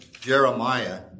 Jeremiah